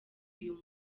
uyu